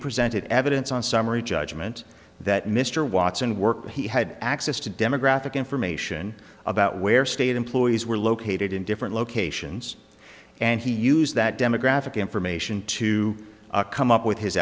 presented evidence on summary judgment that mr watson worked he had access to demographic information about where state employees were located in different locations and he used that demographic information to come up with his